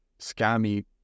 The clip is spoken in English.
scammy